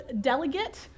delegate